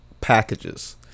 packages